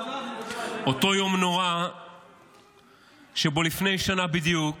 אותו יום נורא שבו לפני שנה בדיוק